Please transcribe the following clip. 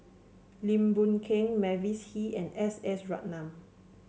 Lim Boon Keng Mavis Hee and S S Ratnam